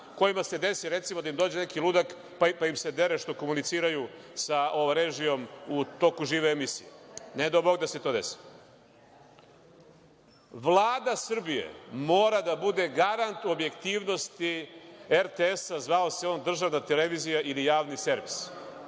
kojima se desi, recimo, da im dođe neki ludak pa im se dere što komuniciraju sa režijom u toku žive emisije. Ne dao Bog da se to desi. Vlada Srbije mora da bude garant objektivnosti RTS-a, zvao se on državna televizija ili javni servis.